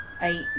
eight